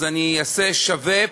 אז אני אעשה שווה,